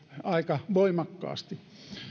aika voimakkaasti